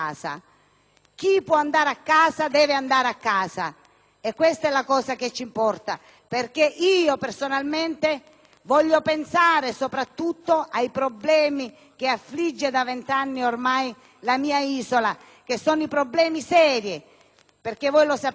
Chi può andare a casa deve farlo: questo è ciò che ci importa, perché personalmente voglio pensare soprattutto ai problemi che affliggono da vent'anni ormai la mia isola e che sono problemi seri. Voi lo sapete: